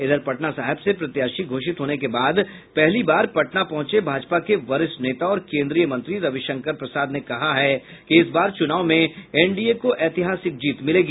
इधर पटना सहिब से प्रत्याशी घोषित होने के बाद पहली बार पटना पहुंचे भाजपा के वरिष्ठ नेता और केन्द्रीय मंत्री रविशंकर प्रसाद ने कहा है कि इस बार चुनाव में एनडीए को ऐतिहासिक जीत मिलेगी